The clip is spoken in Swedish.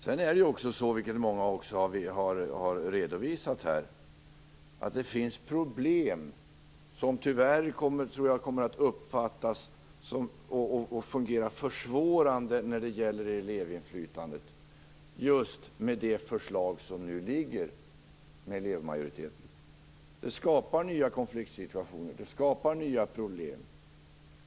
Sedan är det på det sättet, vilket många också har redovisat här, att det finns problem som jag tyvärr tror kommer att uppfattas och fungera försvårande när det gäller elevinflytandet just med det förslag som nu föreligger med elevmajoriteter. Det skapar nya konfliktsituationer. Det skapar nya problem.